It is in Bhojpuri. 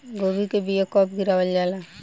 गोभी के बीया कब गिरावल जाला?